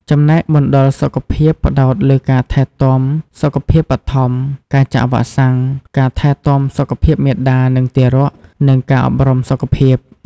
ចំណែក មណ្ឌលសុខភាពផ្តោតលើការថែទាំសុខភាពបឋម ការចាក់វ៉ាក់សាំង ការថែទាំសុខភាពមាតា និងទារក និងការអប់រំសុខភាព។